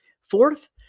Fourth